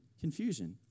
confusion